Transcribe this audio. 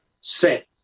set